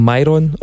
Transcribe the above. Myron